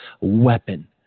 weapon